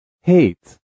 Hate